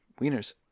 wieners